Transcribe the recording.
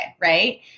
Right